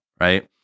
Right